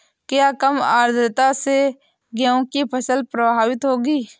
क्या कम आर्द्रता से गेहूँ की फसल प्रभावित होगी?